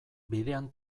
bidean